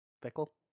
Pickle